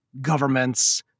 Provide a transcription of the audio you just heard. governments